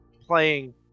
playing